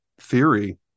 theory